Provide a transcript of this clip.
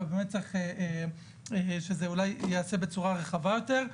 ובאמת צריך שזה אולי ייעשה בצורה רחבה יותר.